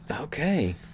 Okay